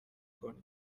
کنی